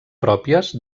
pròpies